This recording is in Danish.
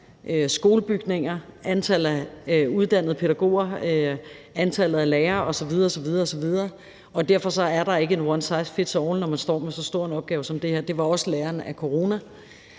skolebygninger, antal af uddannede pædagoger, antal af lærere osv. osv. Derfor er der ikke en one size fits all-model, når man står med så stor en opgave som den her. Det var også læren af corona.